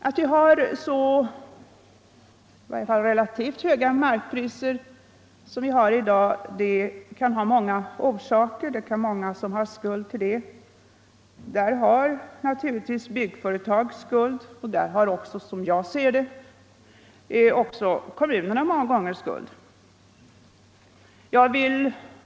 Att vi har så relativt höga markpriser i dag kan ha många orsaker; det är många som kan ha skuld till det. Byggföretag har naturligtvis skuld, och som jag ser det har också kommunerna många gånger skuld.